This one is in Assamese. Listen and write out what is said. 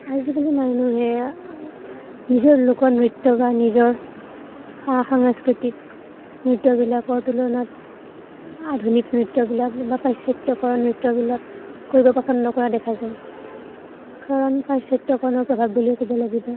আজিকালি মানুহে নিজৰ লোকনৃত্য় বা নিজৰ সা সাংস্কৃতিক নৃত্য়বিলাকৰ তুলনাত আধুনিক নৃত্য়বিলাক বা পাশ্চাত্যকৰণ নৃত্য়বিলাক কৰিব পচন্দ কৰা দেখা যায় কাৰণ পাশ্চাত্য়কৰণৰ প্ৰভাৱ বুলি ক'ব লাগিব